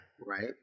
right